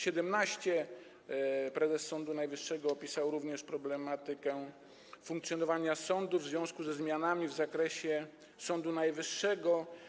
Prezes Sądu Najwyższego opisał również problematykę funkcjonowania sądu w związku ze zmianami w zakresie Sądu Najwyższego.